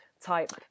type